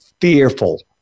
fearful